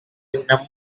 number